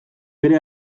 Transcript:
bere